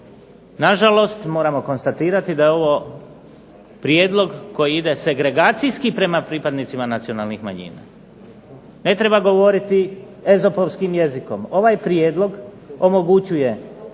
na žalost moramo konstatirati da je ovo prijedlog koji ide segregacijski prema pripadnicima nacionalnih manjina. Ne treba govoriti ezopovskim jezikom. Ovaj prijedlog omogućuje